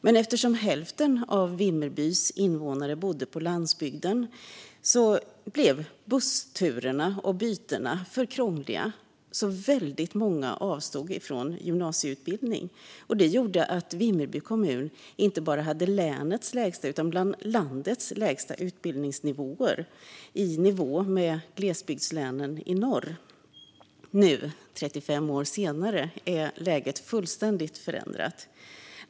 Men eftersom hälften av Vimmerbys befolkning bodde på landsbygden blev bussturerna och bytena för krångliga, så väldigt många avstod från gymnasieutbildning. Det gjorde att Vimmerby kommun inte bara hade länets lägsta utan en av landets lägsta utbildningsnivåer, i nivå med glesbygdslänen i norr. Nu, 35 år senare, är läget fullständigt förändrat.